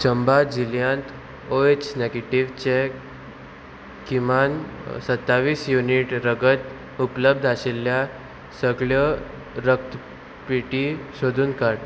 चंबा जिल्ल्यांत O H negative चे किमान सत्तावीस युनिट रगत उपलब्ध आशिल्ल्या सगळ्यो रक्तपेढी सोदून काड